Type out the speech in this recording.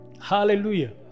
Hallelujah